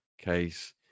case